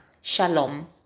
Shalom